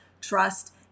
trust